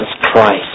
Christ